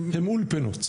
הם אולפנות.